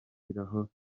tugashyiraho